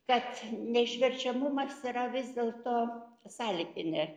kad neišverčiamumas yra vis dėlto sąlyginė